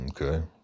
Okay